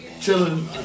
chilling